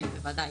כן, בוודאי.